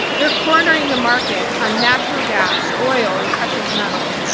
they are cornering the market on natural gas, oil, and precious metals,